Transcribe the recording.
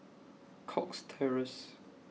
Cox Terrace